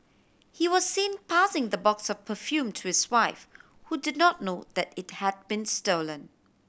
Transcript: he was seen passing the box of perfume to his wife who did not know that it had been stolen